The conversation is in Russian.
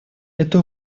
это